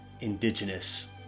indigenous